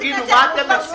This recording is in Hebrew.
תגידו מה אתם מציעים.